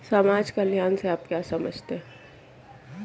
समाज कल्याण से आप क्या समझते हैं?